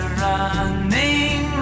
running